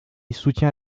soutient